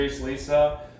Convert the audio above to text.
lisa